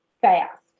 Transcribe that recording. fast